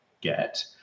get